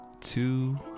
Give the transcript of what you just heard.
two